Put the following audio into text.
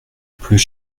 pleut